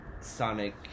Sonic